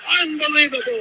unbelievable